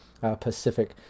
Pacific